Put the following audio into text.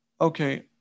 okay